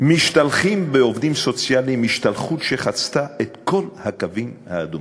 משתלחים בעובדים סוציאליים השתלחות שחצתה את כל הקווים האדומים,